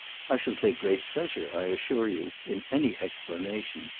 i shall take great pleasure, i assure you, in any explanation.